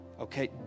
Okay